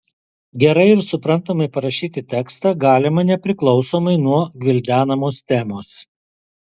gerai ir suprantamai parašyti tekstą galima nepriklausomai nuo gvildenamos temos